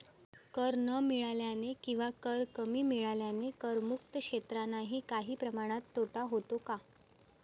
कर न मिळाल्याने किंवा कर कमी मिळाल्याने करमुक्त क्षेत्रांनाही काही प्रमाणात तोटा होतो का?